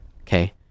Okay